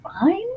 fine